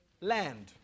Land